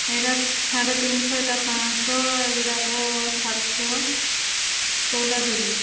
ଏଇଟା ଶାଢ଼େ ତିନିଶହ ଏଇଟା ପାଞ୍ଚ ଶହ ଏଗୁଡ଼ାକ ସାତଶହ କେଉଁଟା ଦେବି